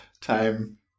Time